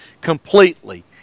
completely